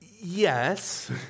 Yes